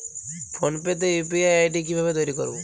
Phone pay তে UPI ID কি ভাবে তৈরি করবো?